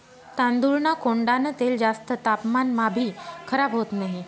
तांदूळना कोंडान तेल जास्त तापमानमाभी खराब होत नही